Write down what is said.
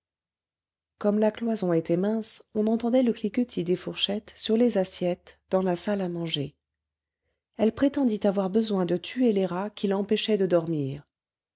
comme la cloison était mince on entendait le cliquetis des fourchettes sur les assiettes dans la salle à manger elle prétendit avoir besoin de tuer les rats qui l'empêchaient de dormir